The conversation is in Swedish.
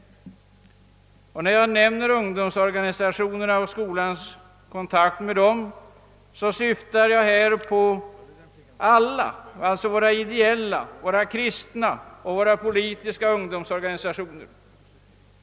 När jag nämner ungdomsorganisationerna och skolans kontakt med dem, syftar jag här på alla, alltså våra ideella, våra kristna och våra politiska ungdomsorganisationer.